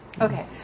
okay